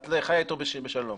את חיה אתו בשלום.